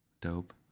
Dope